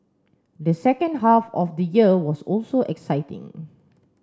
the second half of the year was also exciting